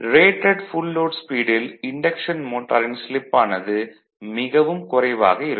rated full load ஸ்பீடில் induction மோட்டாரின் slip ஆனது மிகவும் குறைவாக இருக்கும்